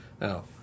Now